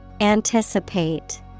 Anticipate